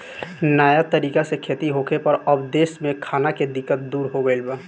नया तरीका से खेती होखे पर अब देश में खाना के दिक्कत दूर हो गईल बा